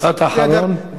משפט אחרון.